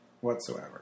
whatsoever